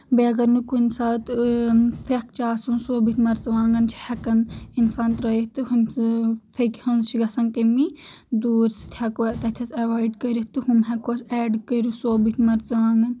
بییٚہِ اگر نہٕ کُنہِ ساتہٕ پھیٚکھ چھِ آسان سوبوٗتھ مرژٕوانٚگن چھِ ہیٚکان انسان ترٲیتھ ہم پھیٚکہِ ہٕنٛز چھِ گژھان کٔمی دوٗرِ سۭتۍ ہیٚکو تتٮ۪س ایٚوایڈ کٔرِتہ تہٕ ہُم ہیٚکہوس ایٚڈ کٔرِتھ سوبوٗتھ مرژٕوانٚگن